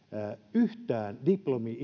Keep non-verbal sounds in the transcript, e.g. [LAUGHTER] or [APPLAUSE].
yhtään diplomi [UNINTELLIGIBLE]